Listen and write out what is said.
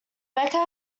becker